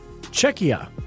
Czechia